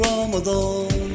Ramadan